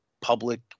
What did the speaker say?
public